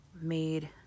Made